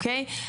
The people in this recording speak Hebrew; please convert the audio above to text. אוקיי?